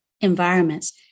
environments